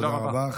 תודה רבה.